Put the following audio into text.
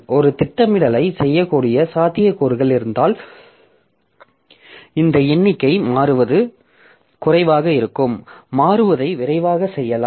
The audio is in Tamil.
ஒரு திட்டமிடலைச் செய்யக்கூடிய சாத்தியக்கூறுகள் இருந்தால் இந்த எண்ணிக்கை மாறுவது குறைவாக இருக்கும் மாறுவதை விரைவாகச் செய்யலாம்